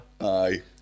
Aye